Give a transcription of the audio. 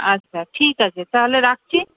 আচ্ছা ঠিক আছে তাহলে রাখছি